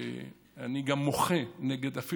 אני גם מוחה אפילו